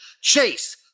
Chase